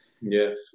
Yes